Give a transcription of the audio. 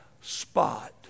spot